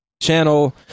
channel